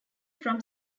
from